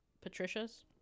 Patricia's